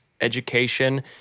education